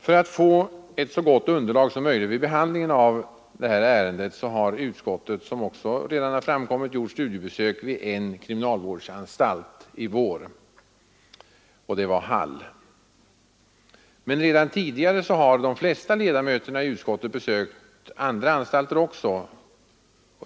För att få ett så gott underlag som möjligt vid behandlingen av detta ärende har utskottet, som också redan framkommit, gjort studiebesök vid en kriminalvårdsanstalt, och det var Hall. Men redan tidigare har de flesta ledamöterna besökt andra anstalter också.